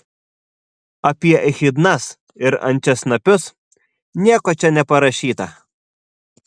apie echidnas ir ančiasnapius nieko čia neparašyta